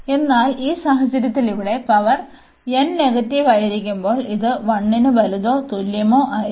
എന്നാൽ ഈ സാഹചര്യത്തിൽ ഇവിടെ പവർ n നെഗറ്റീവ് ആയിരിക്കുമ്പോൾ ഇത് 1 ന് വലുതോ തുല്യമോ ആയിരിക്കും